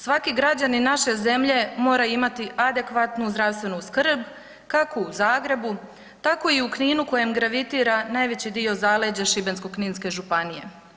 Svaki građanin naše zemlje mora imati adekvatnu zdravstvenu skrb kako u Zagrebu tako i u Kninu u kojem gravitira najveći dio zaleđa Šibensko-kninske županije.